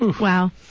Wow